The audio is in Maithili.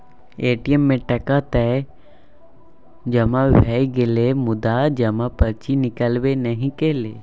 ए.टी.एम मे टका तए जमा भए गेलै मुदा जमा पर्ची निकलबै नहि कएलै